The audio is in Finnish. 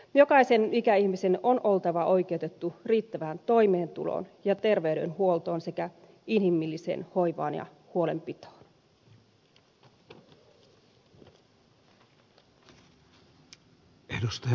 jokaisen ikäihmisen on oltava oikeutettu riittävään toimeentuloon ja terveydenhuoltoon sekä inhimilliseen hoivaan ja huolenpitoon